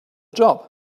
job